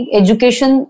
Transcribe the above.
education